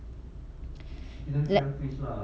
like